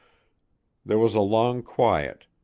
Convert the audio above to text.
there was a long quiet.